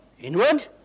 inward